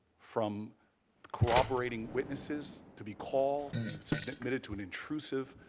from corroborating witnesses, to be called, you have submitted to an intrusive,